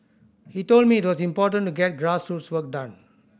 he told me it was important to get grassroots work done